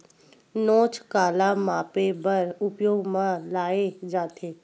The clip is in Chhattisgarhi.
नोच काला मापे बर उपयोग म लाये जाथे?